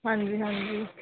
ਹਾਂਜੀ ਹਾਂਜੀ